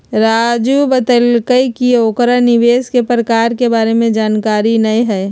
राजू बतलकई कि ओकरा निवेश के प्रकार के बारे में जानकारी न हई